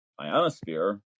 ionosphere